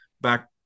back